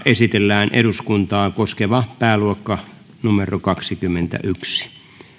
esitellään eduskuntaa koskeva pääluokka kaksikymmentäyksi